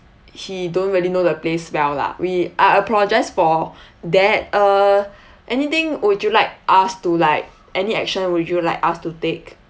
he don't really know the place well lah we I apologise for that uh anything would you like us to like any action would you like us to take